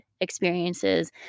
experiences